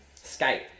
Skype